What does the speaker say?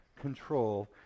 control